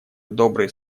добрые